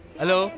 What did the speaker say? hello